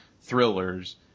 thrillers